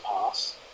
Pass